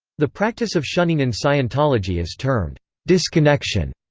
the practice of shunning in scientology is termed disconnection.